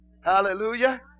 Hallelujah